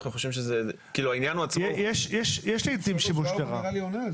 יש לעתים שימוש